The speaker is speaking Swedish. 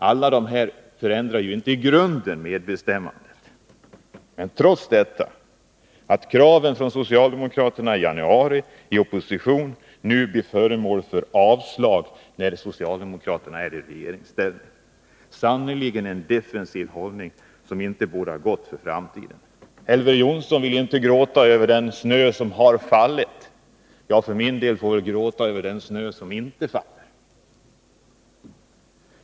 Men det här förändrar inte medbestämmandelagens innehåll i grunden. Och faktum kvarstår: De krav som socialdemokraterna förde fram i januari —i opposition — blir nu föremål för avslag av socialdemokraterna i regeringställning. Man har sannerligen intagit en defensiv hållning, som inte bådar gott för framtiden. Elver Jonsson ville inte gråta över den snö som har fallit. Jag för min del får väl gråta över den snö som inte fallit.